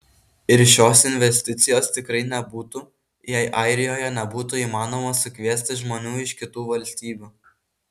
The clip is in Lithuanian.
ir šios investicijos tikrai nebūtų jei airijoje nebūtų įmanoma sukviesti žmonių iš kitų valstybių